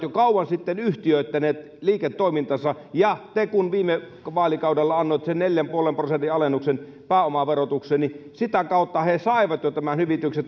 jo kauan sitten yhtiöittänyt liiketoimintansa ja te kun viime vaalikaudella annoitte neljän pilkku viiden prosentin alennuksen pääomaverotukseen niin sitä kautta he saivat jo tämän hyvityksen